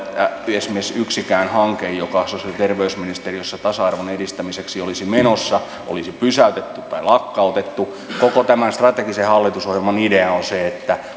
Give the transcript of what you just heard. esimerkiksi yhtäkään hanketta joka sosiaali ja terveysministeriössä tasa arvon edistämiseksi olisi menossa olisi pysäytetty tai lakkautettu koko tämän strategisen hallitusohjelman idea on se että